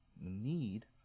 need